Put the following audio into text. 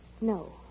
No